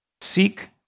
Seek